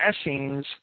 Essenes